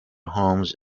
homes